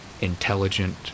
intelligent